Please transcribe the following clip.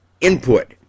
input